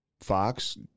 Fox